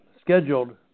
scheduled